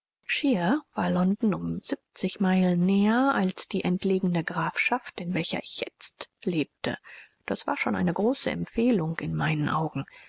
um siebzig meilen näher als die entlegene grafschaft in welcher ich jetzt lebte das war schon eine große empfehlung in meinen augen